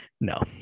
no